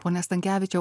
pone stankevičiau